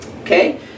okay